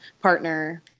partner